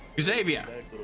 Xavier